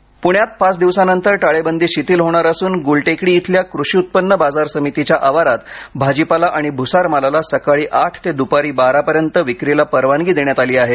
बाजार पुण्यात पाच दिवसानंतर टाळेबंदी शिथिल होणार असुन गुलटेकडी इथल्या कृषी बाजार समितीच्या आवारात भाजीपाला आणि भूसार मालाला सकाळी आठ ते दूपारी बारापर्यंत विक्रीला परवानगी देण्यात आली आहे